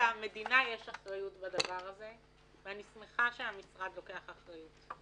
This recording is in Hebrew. למדינה יש אחריות לדבר הזה ואני שמחה שהמשרד לוקח אחריות.